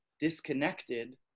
disconnected